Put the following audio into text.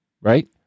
Right